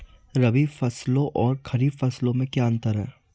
रबी फसलों और खरीफ फसलों में क्या अंतर है?